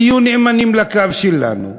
תהיו נאמנים לקו שלנו.